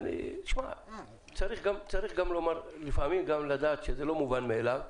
אני חושב שלפעמים צריך להראות שמה שנעשה כאן הוא לא מובן מאליו,